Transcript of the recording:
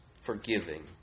forgiving